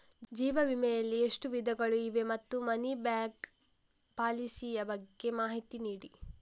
ಜೀವ ವಿಮೆ ಯಲ್ಲಿ ಎಷ್ಟು ವಿಧಗಳು ಇವೆ ಮತ್ತು ಮನಿ ಬ್ಯಾಕ್ ಪಾಲಿಸಿ ಯ ಬಗ್ಗೆ ಮಾಹಿತಿ ನೀಡಿ?